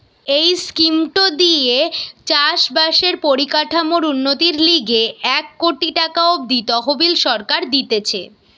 এই স্কিমটো দিয়ে চাষ বাসের পরিকাঠামোর উন্নতির লিগে এক কোটি টাকা অব্দি তহবিল সরকার দিতেছে